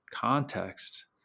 context